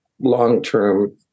long-term